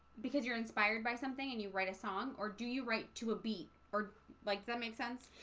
because you're inspired by something and you write a song or do you write to a beat or like that make sense?